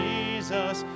Jesus